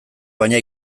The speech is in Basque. baina